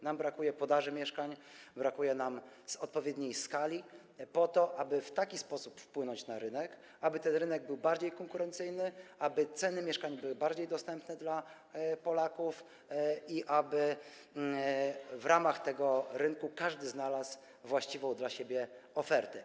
Nam brakuje podaży mieszkań, brakuje nam odpowiedniej skali, aby w taki sposób wpłynąć na rynek, żeby ten rynek był bardziej konkurencyjny, a ceny mieszkań bardziej dostępne dla Polaków, i żeby w ramach tego rynku każdy znalazł właściwą dla siebie ofertę.